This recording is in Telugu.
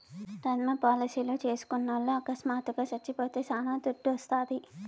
టర్మ్ పాలసీలు చేస్కున్నోల్లు అకస్మాత్తుగా సచ్చిపోతే శానా దుడ్డోస్తాది